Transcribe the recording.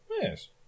Yes